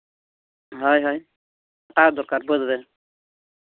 ᱦᱳᱭ ᱦᱳᱭ ᱠᱷᱟᱴᱟᱜ ᱫᱚᱨᱠᱟᱨ ᱵᱟᱹᱫᱽ ᱨᱮ